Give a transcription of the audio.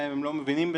הם לא מבינים בזה.